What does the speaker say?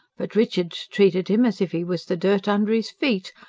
but richard's treated im as if he was the dirt under is feet.